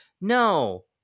No